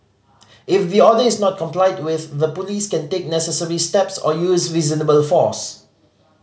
if the order is not complied with the Police can take necessary steps or use reasonable force